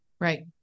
right